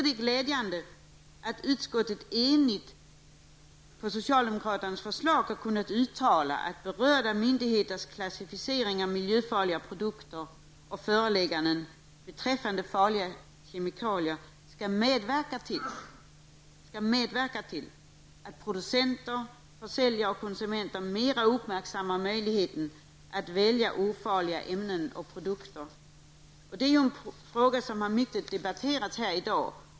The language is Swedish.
Det är glädjande att utskottet, på socialdemokraternas förslag, enigt har uttalat att berörda myndigheters klassificering av miljöfarliga produkter och förelägganden beträffande farliga kemikalier skall medverka till att producenter, försäljare och konsumenter mera uppmärksammar möjligheten att välja ofarliga ämnen och produkter. Det är en fråga som har diskuterats mycket här i dag.